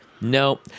No